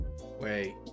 Wait